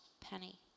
penny